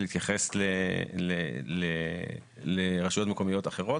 להתייחס לרשויות מקומיות אחרות.